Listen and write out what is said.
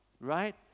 Right